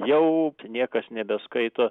jau niekas nebeskaito